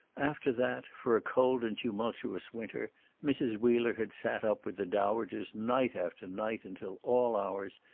after that, for a cold and tumultuous winter mrs. wheeler had sat up with the dowagers night after night until all hours,